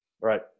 Right